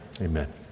Amen